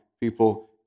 people